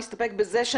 מסתפק בזה.